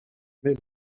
mais